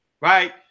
right